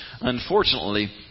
unfortunately